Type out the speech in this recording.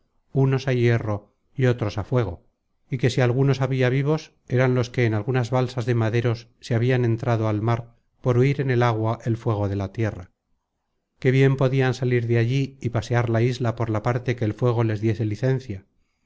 unos á hierro y otros á fuego y que si algunos habia vivos eran los que en algunas balsas de maderos se habian entrado al mar por huir en el agua el fuego de la tierra que bien podian salir de allí y pasear la isla por la parte que el fuego les diese licencia